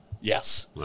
Yes